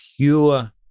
pure